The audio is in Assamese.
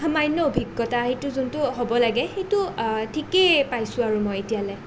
সামান্য অভিজ্ঞতা এইটো যোনটো হ'ব লাগে সেইটো ঠিকেই পাইছোঁ আৰু মই এতিয়ালে